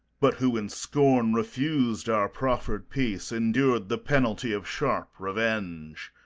but who in scorn refused our proffered peace, endured the penalty of sharp revenge.